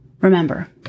Remember